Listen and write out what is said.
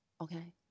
Okay